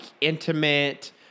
intimate